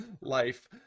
life